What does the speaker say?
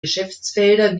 geschäftsfelder